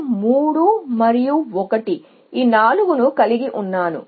కాబట్టి నా మొదటి పేరెంట్లో నేను ఇప్పటికే ఈ 9 6 3 మరియు 1 ఈ 4 ను కలిగి ఉన్నాను